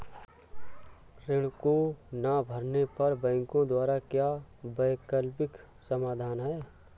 ऋण को ना भरने पर बैंकों द्वारा क्या वैकल्पिक समाधान हैं?